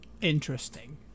interesting